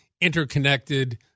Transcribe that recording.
interconnected